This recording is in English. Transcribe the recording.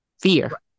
fear